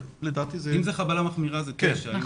אם זאת חבלה מחמירה, העונש הוא תשע שנים.